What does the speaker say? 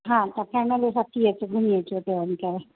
हा त फैमिली सां थी अचो घुमी अचो